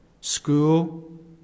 school